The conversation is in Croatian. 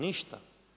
Ništa.